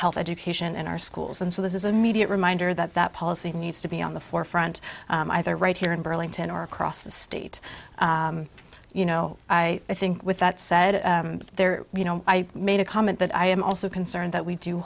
health education in our schools and so this is a media reminder that that policy needs to be on the forefront either right here in burlington or cross the state you know i think with that said there you know i made a comment that i am also concerned that we do